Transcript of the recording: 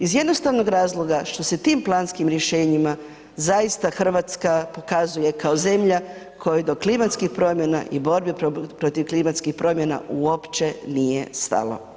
Iz jednostavnog razloga što se tim planskim rješenjima zaista Hrvatska pokazuje kao zemlja kojoj do klimatskih promjena i borbi protiv klimatskih promjena uopće nije stalo.